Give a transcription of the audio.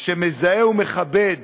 שמזהה ומכבד